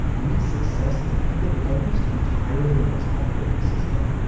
and its success depended almost entirely on its operating system,